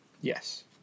Yes